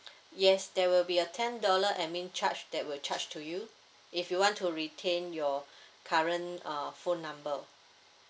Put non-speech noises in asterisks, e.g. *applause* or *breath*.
yes there will be a ten dollar admin charge that will charged to you if you want to retain your *breath* current uh phone number